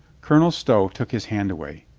colonel stow took his hand away.